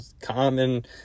common